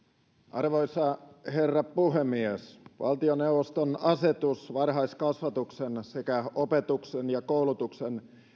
arvoisa herra puhemies valtioneuvoston asetus varhaiskasvatuksen sekä opetuksen ja koulutuksen